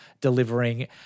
delivering